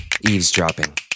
eavesdropping